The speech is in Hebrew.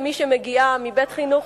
כמי שמגיעה מבית-חינוך,